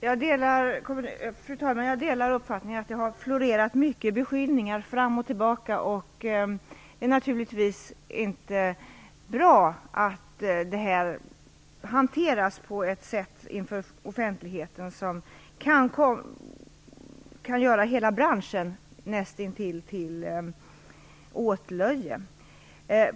Fru talman! Jag delar uppfattningen att det har florerat beskyllningar fram och tillbaka. Det är naturligtvis inte bra att det hanteras på ett sätt inför offentligheten som kan göra näst intill hela branschen till åtlöje.